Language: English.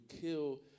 kill